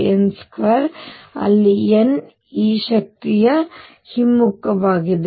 6Z2n2 ಅಲ್ಲಿ n ಈ ಶಕ್ತಿಗೆ ಹಿಮ್ಮುಖವಾಗಿದೆ